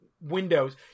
windows